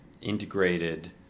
integrated